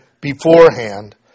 beforehand